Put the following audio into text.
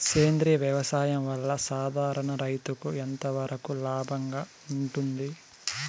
సేంద్రియ వ్యవసాయం వల్ల, సాధారణ రైతుకు ఎంతవరకు లాభంగా ఉంటుంది?